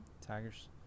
Tigers